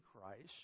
Christ